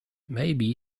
maybe